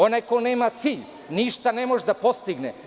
Onaj ko nema cilj, ništa ne može da postigne.